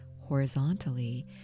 horizontally